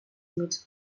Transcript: límits